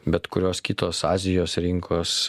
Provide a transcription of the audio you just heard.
bet kurios kitos azijos rinkos